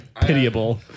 Pitiable